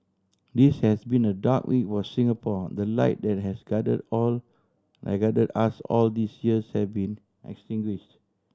this has been a dark week were Singapore the light that has guided or my guided us all these years havee been extinguish